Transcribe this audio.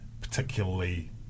particularly